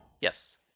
Yes